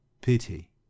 pity